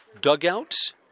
dugouts